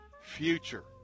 future